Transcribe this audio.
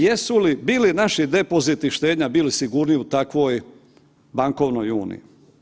Jesu li bili naši depoziti i štednja bili sigurniji u takvoj bankovnoj uniji?